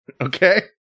Okay